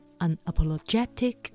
unapologetic